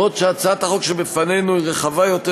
בעוד שהצעת החוק שבפנינו היא רחבה יותר,